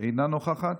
אינו נוכח,